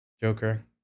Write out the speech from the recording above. Joker